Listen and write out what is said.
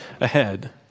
ahead